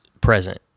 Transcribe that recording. present